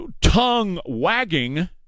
tongue-wagging